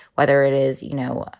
whether it is, you know,